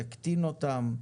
יקטין אותן?